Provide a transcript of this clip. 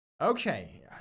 Okay